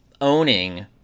owning